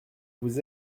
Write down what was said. vous